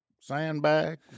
sandbag